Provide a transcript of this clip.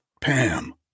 Pam